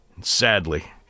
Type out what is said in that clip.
sadly